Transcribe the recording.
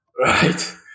Right